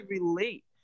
relate